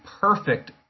perfect